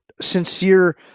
sincere